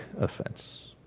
offense